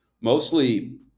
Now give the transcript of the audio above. Mostly